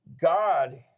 God